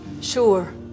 sure